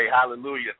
hallelujah